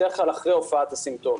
בדרך כלל אחרי הופעת הסימפטומים.